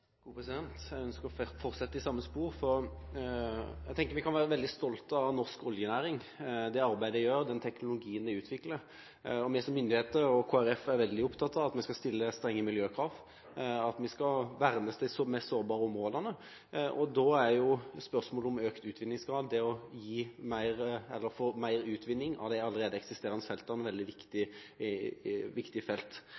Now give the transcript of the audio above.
Jeg ønsker å fortsette i samme spor. Jeg tenker at vi kan være veldig stolte over norsk oljenæring – det arbeidet de gjør og den teknologien de utvikler. Myndighetene – og Kristelig Folkeparti – er veldig opptatt av at vi skal stille strenge miljøkrav og verne de mest sårbare områdene. Da er spørsmålet om økt utvinningsgrad – det å utvinne mer av de allerede eksisterende feltene – veldig viktig. Et område som er viktig, vil være Petoro. Vi ønsker en